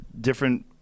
different